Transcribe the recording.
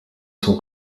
son